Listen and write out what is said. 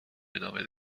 ادامه